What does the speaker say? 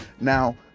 Now